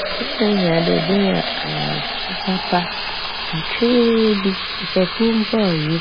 Ho behia dɛ ebenya ayɛnkfo papa kakraa bi sɛ kor mpo a oye.